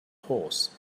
horse